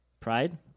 Pride